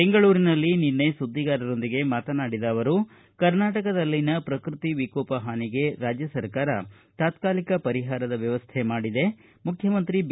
ಬೆಂಗಳೂರಿನಲ್ಲಿ ನಿನ್ನೆ ಸುಧ್ಲಿಗಾರರೊಂದಿಗೆ ಮಾತನಾಡಿದ ಅವರು ಕರ್ನಾಟಕದಲ್ಲಿನ ಪ್ರಕೃತಿ ಏಕೋಪ ಹಾನಿಗೆ ರಾಜ್ಯ ಸರ್ಕಾರ ತಾತ್ಕಾಲಿಕ ಪರಿಹಾರ ವ್ಕವಸ್ಥೆ ಮಾಡಿದೆ ಮುಖ್ಯಮಂತ್ರಿ ಬಿ